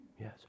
Yes